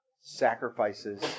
sacrifices